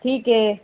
ठीक आहे